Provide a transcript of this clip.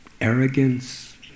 arrogance